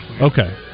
Okay